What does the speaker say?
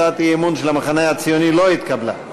הצעת האי-אמון של המחנה הציוני לא התקבלה.